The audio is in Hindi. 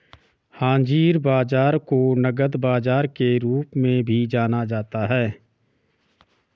हाज़िर बाजार को नकद बाजार के रूप में भी जाना जाता है